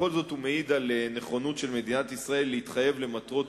בכל זאת הוא מעיד על נכונות של מדינת ישראל להתחייב למטרות